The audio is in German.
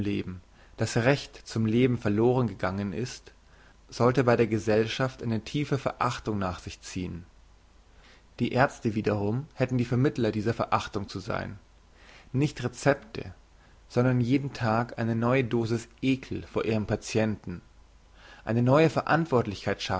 das recht zum leben verloren gegangen ist sollte bei der gesellschaft eine tiefe verachtung nach sich ziehn die ärzte wiederum hätten die vermittler dieser verachtung zu sein nicht recepte sondern jeden tag eine neue dosis ekel vor ihrem patienten eine neue verantwortlichkeit